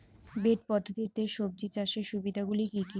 Bed পদ্ধতিতে সবজি চাষের সুবিধাগুলি কি কি?